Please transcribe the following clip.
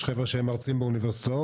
יש חבר'ה שהם מרצים באוניברסיטאות,